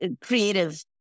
creative